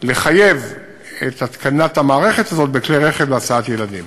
לחייב את התקנת המערכת הזאת בכלי רכב להסעת ילדים.